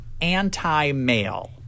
anti-male